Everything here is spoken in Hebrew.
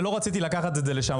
ולא רציתי לקחת את זה לשם.